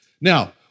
Now